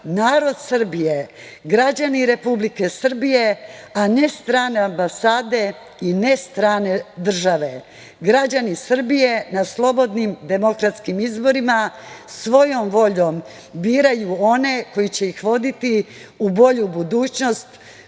narod Srbije, građani Republike Srbije, a ne strane ambasade i ne strane države, građani Srbije na slobodnim demokratskim izborima svojom voljom biraju one koji će ih voditi u bolju budućnost,